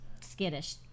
skittish